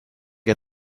get